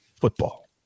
football